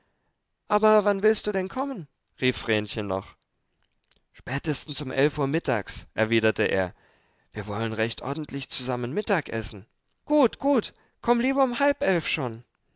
aber wann willst du denn kommen rief vrenchen noch spätestens um elf uhr mittags erwiderte er wir wollen recht ordentlich zusammen mittag essen gut gut komm lieber um halb elf schon